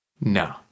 no